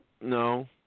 No